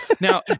Now